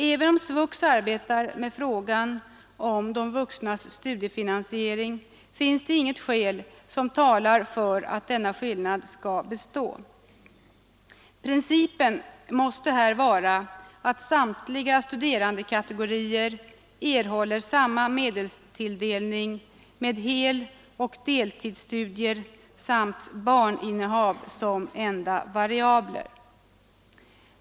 Även om SVUX utreder de vuxnas studiefinansiering finns det inget skäl som talar för att denna skillnad skall bestå. Principen måste vara att samtliga studerandekategorier erhåller samma medelstilldelning, med heloch deltidsstudier samt barninnehav som enda variabler.